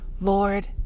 Lord